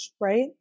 right